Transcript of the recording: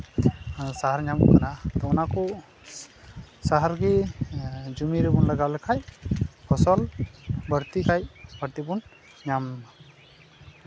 ᱥᱟᱦᱟᱨ ᱧᱟᱢᱚᱜ ᱠᱟᱱᱟ ᱛᱚ ᱚᱱᱟ ᱠᱚ ᱥᱟᱦᱟᱨ ᱜᱮ ᱡᱚᱢᱤ ᱨᱮᱵᱚᱱ ᱞᱟᱜᱟᱣ ᱞᱮᱠᱷᱟᱡ ᱯᱷᱚᱥᱚᱞ ᱵᱟᱹᱲᱛᱤ ᱠᱟᱭ ᱛᱮᱵᱚᱱ ᱧᱟᱢᱟ